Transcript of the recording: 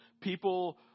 People